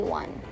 one